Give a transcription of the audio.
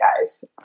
guys